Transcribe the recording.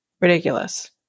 ridiculous